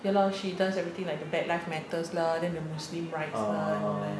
ya lah she tells everything like err black life matters lah then the muslim rights lah and all that